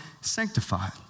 sanctified